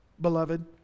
beloved